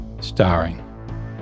Starring